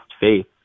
faith